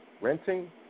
Renting